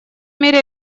мере